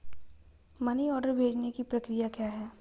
Money order भेजने की प्रक्रिया क्या है?